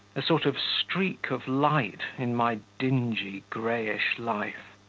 a sort of streak of light in my dingy, greyish life.